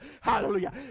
hallelujah